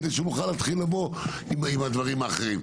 כדי שנוכל להתחיל לבוא עם הדברים האחרים.